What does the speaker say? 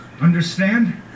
Understand